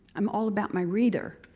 i'm all about my reader.